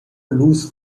lose